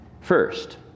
First